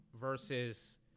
versus